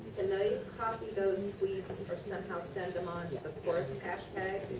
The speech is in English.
can they copy those tweets or somehow send them onto the course hashtag?